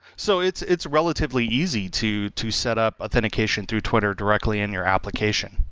so it's it's relatively easy to to setup authentication through twitter directly in your application.